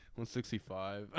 165